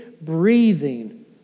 breathing